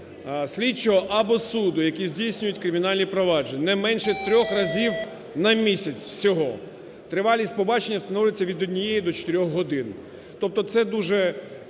слідчого або суду, які здійснюють кримінальні провадження, не менше трьох разів на місяць всього. Тривалість побачення встановлюється від однієї до чотирьох годин. Тобто це дуже